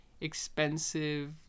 expensive